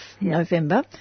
November